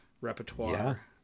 repertoire